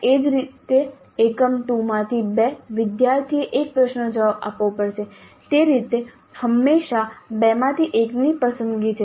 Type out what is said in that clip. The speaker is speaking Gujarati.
એ જ રીતે એકમ 2 માંથી 2 વિદ્યાર્થીએ 1 પ્રશ્નનો જવાબ આપવો પડશે તે રીતે તે હંમેશા 2 માંથી 1 ની પસંદગી છે